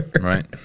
Right